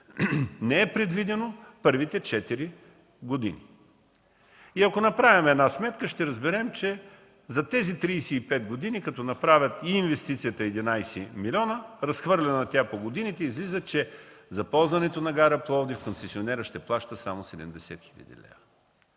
не е предвидено първите четири години. Ако направим една сметка, ще разберем, че за тези 35 години като направят и инвестицията 11 милиона, разхвърляна по годините, излиза, че за ползването на гара Пловдив концесионерът ще плаща само 70 хил. лв.